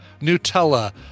Nutella